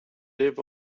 live